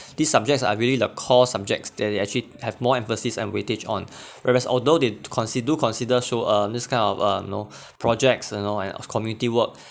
these subjects are really the core subjects that they actually have more emphasis and weightage on whereas although they consi~ do consider show uh this kind of uh you know projects you know and of community work